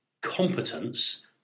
competence